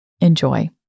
Enjoy